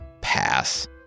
pass